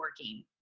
working